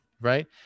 Right